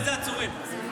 איזה עצורים?